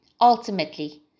Ultimately